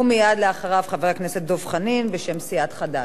ומייד אחריו, חבר הכנסת דב חנין, בשם סיעת חד"ש.